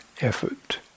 effort